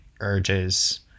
urges